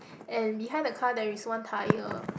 and behind the car there is one tyre